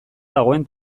dagoen